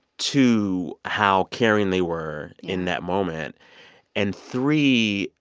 two, how caring they were in that moment and three,